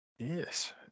Yes